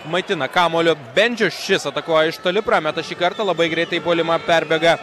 maitina kamuoliu bendžius šis atakuoja iš toli prameta šį kartą labai greitai į puolimą perbėga